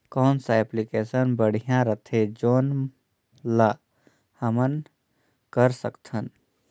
कौन सा एप्लिकेशन बढ़िया रथे जोन ल हमन कर सकथन?